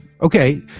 okay